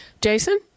Jason